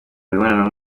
mibonano